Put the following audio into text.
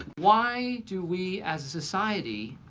why do we as a society,